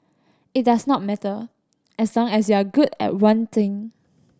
it does not matter as long as you're good at one thing